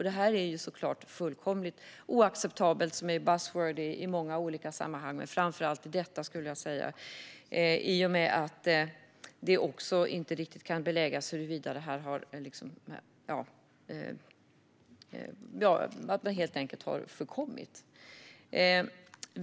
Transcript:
Det är såklart helt oacceptabelt att handlingar helt enkelt har förkommit.